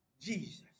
Jesus